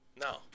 No